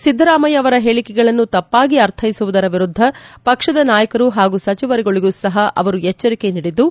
ಸಿದ್ದರಾಮಯ್ಯ ಅವರ ಹೇಳಿಕೆಗಳನ್ನು ತಪ್ಪಾಗಿ ಅರ್ಥ್ಯಸುವುದರ ವಿರುದ್ದ ಪಕ್ಷದ ನಾಯಕರು ಹಾಗೂ ಸಚಿವರುಗಳಿಗೂ ಸಹ ಅವರು ಎಚ್ಚರಿಕೆ ನೀಡಿದ್ದು